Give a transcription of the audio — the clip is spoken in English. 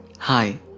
Hi